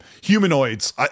humanoids